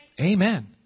Amen